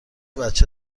بچه